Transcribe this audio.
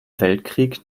weltkrieg